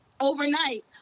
Overnight